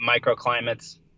microclimates